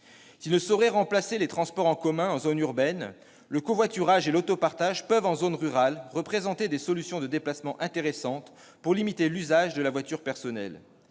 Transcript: S'ils ne sauraient remplacer les transports en commun en zone urbaine, le covoiturage et l'autopartage peuvent, en zone rurale, représenter des solutions de déplacement intéressantes pour limiter l'usage de la voiture personnelle.